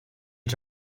you